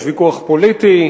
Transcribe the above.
יש ויכוח פוליטי,